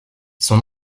son